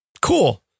Cool